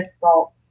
salt